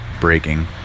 breaking